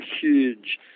huge